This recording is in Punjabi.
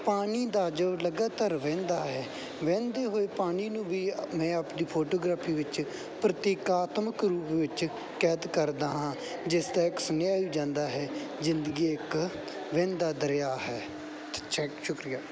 ਪਾਣੀ ਦਾ ਜੋ ਲਗਾਤਾਰ ਵਹਿੰਦਾ ਹੈ ਵਹਿੰਦੇ ਹੋਏ ਪਾਣੀ ਨੂੰ ਵੀ ਮੈਂ ਆਪਣੀ ਫੋਟੋਗ੍ਰਾਫੀ ਵਿੱਚ ਪ੍ਰਤੀਕਾਤਮਕ ਰੂਪ ਵਿੱਚ ਕੈਦ ਕਰਦਾ ਹਾਂ ਜਿਸ ਦਾ ਇੱਕ ਸੁਨੇਹਾ ਜਾਂਦਾ ਹੈ ਜ਼ਿੰਦਗੀ ਇੱਕ ਵਹਿੰਦਾ ਦਰਿਆ ਹੈ ਸ਼ੁਕਰੀਆ